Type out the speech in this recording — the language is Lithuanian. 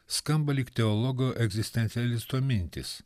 skamba lyg teologo egzistencialisto mintys